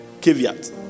caveat